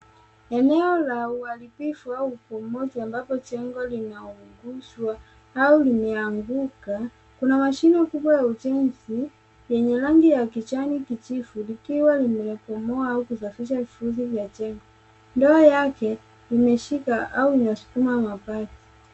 Eneo la uharibivu au upomozi ambapo jengo linaunguzwa au limeanguka. Kuna mashini kubwa ya ujenzi lenye rangi ya kijani kijivu likiwa limepomoa ah kusafisha fyuzi vya jengo ngoa Yake limeshika au liasukuma mapati.